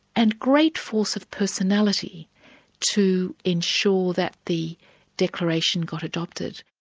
and great force of personality to ensure that the declaration got adopted.